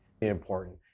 important